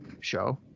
show